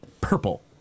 Purple